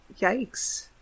Yikes